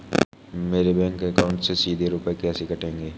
मेरे bank account से सीधे रुपए कैसे कटेंगे?